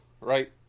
right